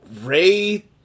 Ray